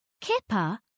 Kipper